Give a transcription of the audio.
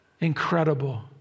Incredible